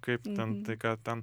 kaip ten tai ką ten